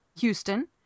Houston